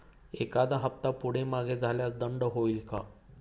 एखादा हफ्ता पुढे मागे झाल्यास दंड होईल काय?